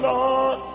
Lord